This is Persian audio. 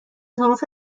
حروف